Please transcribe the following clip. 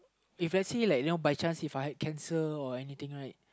if let's say like you know by chance If I had cancer or anything right